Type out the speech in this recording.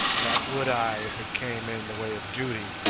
that would i if it came in the way of duty,